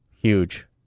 Huge